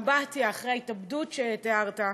באמבטיה, אחרי ההתאבדות, שתיארת,